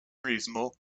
reasonable